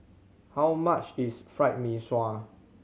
how much is Fried Mee Sua